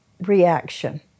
reaction